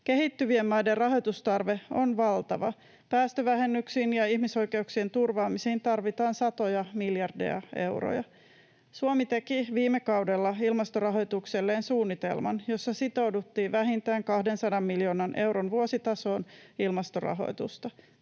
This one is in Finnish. Kehittyvien maiden rahoitustarve on valtava. Päästövähennyksiin ja ihmisoikeuksien turvaamiseen tarvitaan satoja miljardeja euroja. Suomi teki viime kaudella ilmastorahoitukselleen suunnitelman, jossa sitouduttiin vähintään 200 miljoonan euron vuositasoon ilmastorahoituksessa.